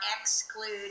exclude